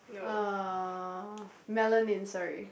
uh melanin sorry